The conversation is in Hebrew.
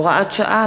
הוראת שעה),